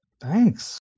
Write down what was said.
Thanks